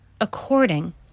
according